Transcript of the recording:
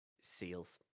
sales